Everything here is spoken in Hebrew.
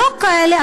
לא כאלה,